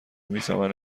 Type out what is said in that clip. میفهمن